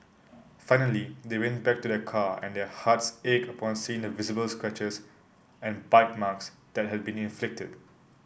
finally they went back to their car and their hearts ached upon seeing the visible scratches and bite marks that had been inflicted